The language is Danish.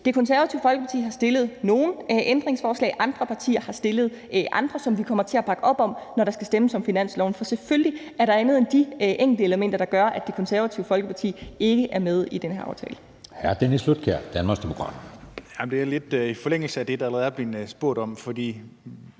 Det Konservative Folkeparti har stillet nogle ændringsforslag, og andre partier har stillet andre, som vi kommer til at bakke op om, når der skal stemmes om finansloven, for selvfølgelig er der andet end de enkeltelementer, der gør, at Det Konservative Folkeparti ikke er med i den her aftale.